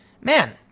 man